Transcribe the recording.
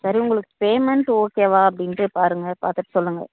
சரி உங்களுக்கு payment okay வா அப்படினுட்டு பாருங்கள் பார்த்துட்டு சொல்லுங்கள்